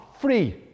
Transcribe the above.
free